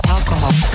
Alcohol